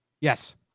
Yes